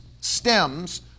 stems